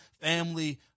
family